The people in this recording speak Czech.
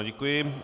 Děkuji.